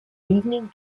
evening